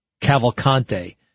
cavalcante